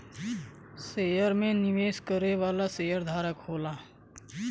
share में निवेश करे वाला शेयरधारक होला